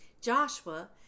Joshua